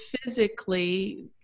physically